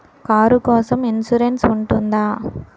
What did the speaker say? Car కోసం insurance ఉంటుందా?